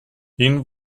ihnen